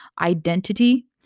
identity